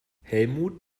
helmut